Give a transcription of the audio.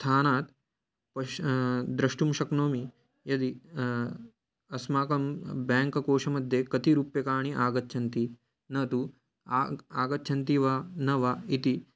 स्थानात् पश् द्रष्टुं शक्नोमि यदि अस्माकं बेङ्क कोषमध्ये कति रूप्यकाणि आगच्छन्ति न तु आगतं आगच्छन्ति वा न वा इति